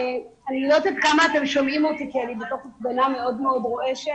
אני לא יודעת כמה אתם שומעים אותי כי אני בתוך הפגנה מאוד מאוד רועשת